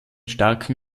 starken